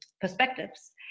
perspectives